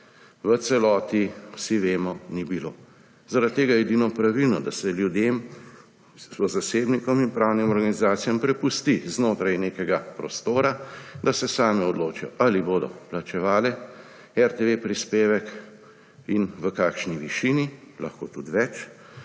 v celoti – vsi vemo – ni bilo. Zaradi tega je edino pravilno, da se ljudem, zasebnikom in pravnim organizacijam prepusti znotraj nekega prostora, da se sami odločijo, ali bodo plačevali prispevek RTV in v kakšni višini, lahko tudi več,